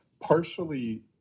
partially